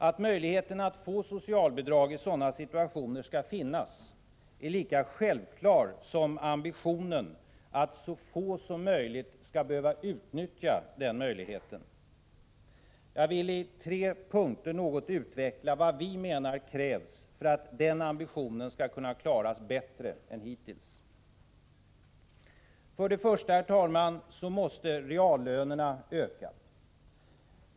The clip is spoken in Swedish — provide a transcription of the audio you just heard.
Att möjligheten att få socialbidrag i sådana situationer skall finnas är lika självklart som att vi har ambitionen att så få som möjligt skall behöva utnyttja denna möjlighet. Jag vill i tre punkter något utveckla vad vi menar krävs för att vi bättre än hittills skall kunna leva upp till denna ambition. För det första, herr talman, måste reallönerna öka.